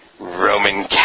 Roman